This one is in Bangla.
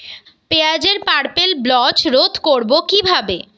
পেঁয়াজের পার্পেল ব্লচ রোধ করবো কিভাবে?